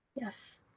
Yes